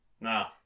No